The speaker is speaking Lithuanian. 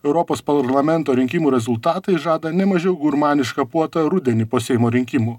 europos parlamento rinkimų rezultatai žada ne mažiau gurmanišką puotą rudenį po seimo rinkimų